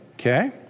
okay